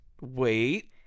Wait